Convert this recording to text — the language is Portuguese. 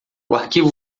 arquivo